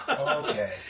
Okay